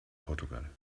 portugal